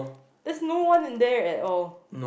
that's no one in there at all